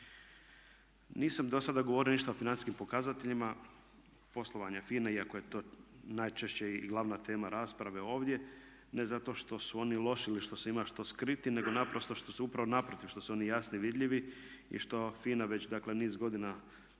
Nisam dosada govorio ništa o financijskim pokazateljima poslovanja FINA-e iako je to najčešće i glavna tema rasprave ovdje. Ne zato što su oni loši ili što se ima što skriti nego naprosto upravo naprotiv što su oni jasno vidljivi i što FINA već dakle niz godina za